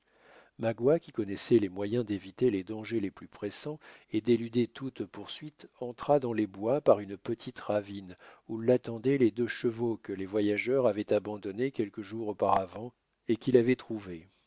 magua qui connaissait les moyens d'éviter les dangers les plus pressants et d'éluder toutes poursuites entra dans les bois par une petite ravine où l'attendaient les deux chevaux que les voyageurs avaient abandonnés quelques jours auparavant et qu'il avait trouvés